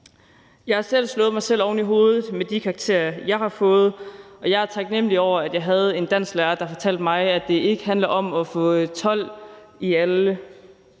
Jeg har selv slået mig oven i hovedet med de karakterer, jeg har fået, og jeg er taknemlig over, at jeg havde en dansklærer, der fortalte mig, at det ikke handler om at få 12 i alle